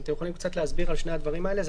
אתם יכולים להסביר על שני הדברים האלה?